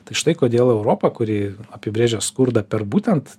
tai štai kodėl europa kuri apibrėžia skurdą per būtent